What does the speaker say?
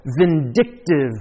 vindictive